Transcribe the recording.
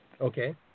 Okay